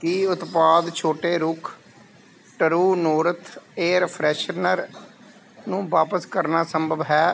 ਕੀ ਉਤਪਾਦ ਛੋਟੇ ਰੁੱਖ ਟਰੂ ਨੋਰਥ ਏਅਰ ਫਰੈਸ਼ਨਰ ਨੂੰ ਵਾਪਸ ਕਰਨਾ ਸੰਭਵ ਹੈ